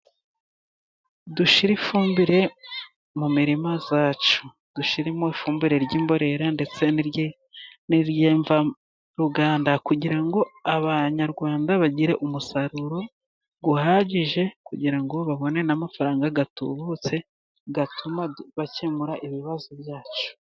Dushyire ifumbire mu mirima yacu, dushyiremo ifumbire ry'imborera ndetse n'iry'imvaruganda, kugira ngo abanyarwanda bagire umusaruro uhagije, kugira ngo babone n'amafaranga atubutse atuma bakemura ibibazo byacu.